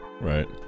right